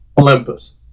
Olympus